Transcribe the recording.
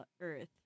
Earth